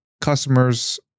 customers